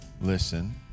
listen